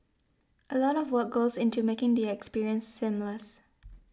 a lot of work goes into making the experience seamless